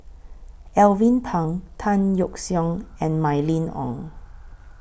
Alvin Pang Tan Yeok Seong and Mylene Ong